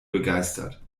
begeistert